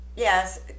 Yes